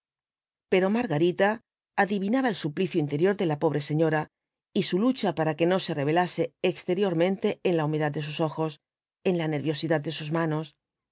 pero margarita adivinaba el suplicio interior de la pobre señora y su lucha para que no se revelase exteriorraente en la humedad de sus ojos en la nerviosidad de sus manos